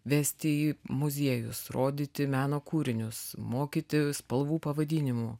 vesti į muziejus rodyti meno kūrinius mokyti spalvų pavadinimų